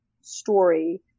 story